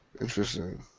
Interesting